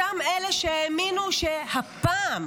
אותם אלה שהאמינו שהפעם,